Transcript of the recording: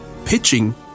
Pitching